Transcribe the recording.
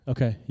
Okay